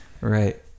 Right